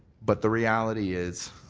but the reality is,